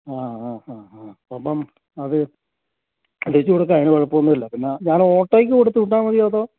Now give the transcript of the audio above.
ആ ആ ആ ആ ഒപ്പം അത് വെച്ച് കൊടുക്കാം അതിനു കുഴപ്പം ഒന്നും ഇല്ല പിന്നെ ഞാന് ഓട്ടോയ്ക്ക് കൊടുത്ത് വിട്ടാൽ മതിയോ അതോ